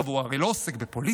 טוב, הוא הרי לא עוסק בפוליטיקה.